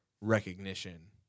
recognition